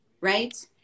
right